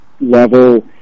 level